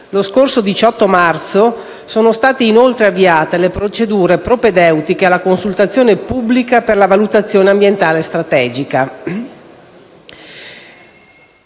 Lo scorso 18 marzo sono state, inoltre, avviate le procedure propedeutiche alla consultazione pubblica per la Valutazione ambientale strategica».